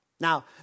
Now